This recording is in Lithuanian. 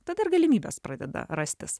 tada ir galimybės pradeda rastis